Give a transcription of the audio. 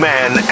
Man